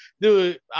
dude